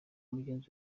mugenzi